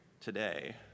today